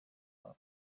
wabo